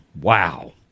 Wow